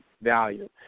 value